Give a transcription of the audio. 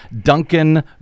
Duncan